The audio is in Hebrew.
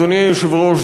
אדוני היושב-ראש,